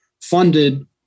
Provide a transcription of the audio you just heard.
funded